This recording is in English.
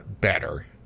better